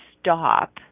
stop